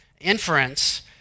inference